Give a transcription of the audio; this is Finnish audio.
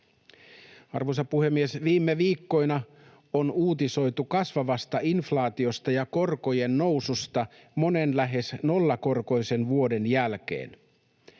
Arvoisa puhemies! Viime viikkoina on uutisoitu kasvavasta inflaatiosta ja korkojen noususta monen lähes nollakorkoisen vuoden jälkeen.